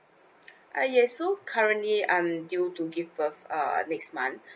ah yes so currently I'm due to give birth uh next month